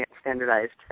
standardized